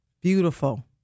beautiful